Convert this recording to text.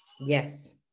Yes